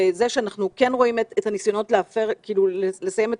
אנחנו כן רואים את הניסיונות לסיים את